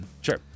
Sure